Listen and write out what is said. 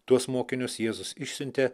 tuos mokinius jėzus išsiuntė